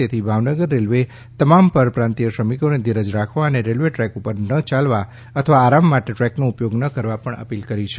તેથી ભાવનગર રેલવે તમામ પરપ્રાંતીય શ્રમિકોને ધીરજ રાખવા અને રેલવે ટ્રેક ઉપર ન ચાલવા અથવા આરામ માટે ટ્રેકનો ઉપયોગ ન કરવાની અપીલ કરી છે